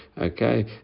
Okay